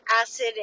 acid